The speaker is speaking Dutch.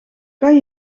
kan